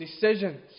decisions